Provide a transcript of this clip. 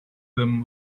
them